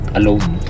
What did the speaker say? alone